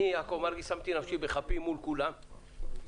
אני שמתי נפשי בכפי מול כולם ובאתי,